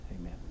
amen